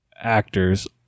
actors